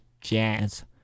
jazz